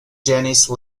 janice